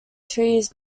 trees